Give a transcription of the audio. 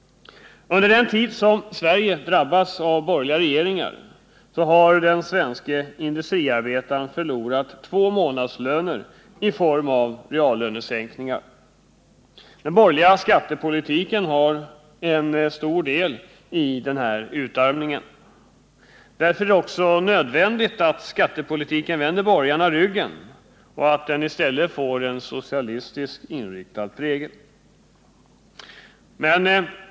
Under den tid som Sverige har drabbats av borgerliga regeringar har den svenske industriarbetaren förlorat två månadslöner i form av reallönesänk ningar. Den borgerliga skattepolitiken har en stor del i denna utarmning. Därför är det också nödvändigt att skattepolitiken vänder borgarna ryggen och att den i stället får en socialistiskt inriktad prägel.